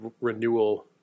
renewal